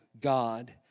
God